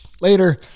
later